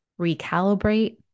recalibrate